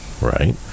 right